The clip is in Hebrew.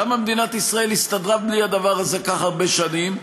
למה מדינת ישראל הסתדרה בלי הדבר הזה כך הרבה שנים?